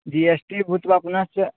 जि S T भूत्वा पुनश्च